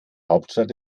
hauptstadt